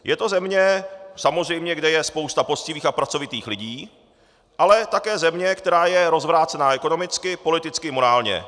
Je to země samozřejmě, kde je spousta poctivých a pracovitých lidí, ale také země, která je rozvrácená ekonomicky, politicky i morálně.